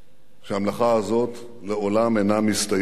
שהמלאכה הזאת לעולם אינה מסתיימת.